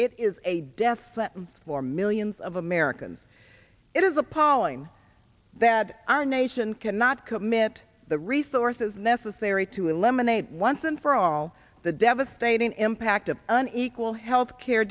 it is a death sentence for millions of americans it is appalling that our nation cannot commit the resources necessary to eliminate once and for all the devastating impact of unequal health care